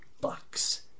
bucks